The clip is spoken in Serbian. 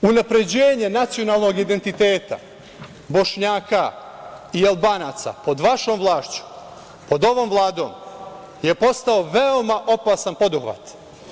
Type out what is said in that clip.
Unapređenje nacionalnog identiteta Bošnjaka i Albanaca pod vašom vlašću, pod ovom Vladom je postao veoma opasan poduhvat.